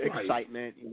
excitement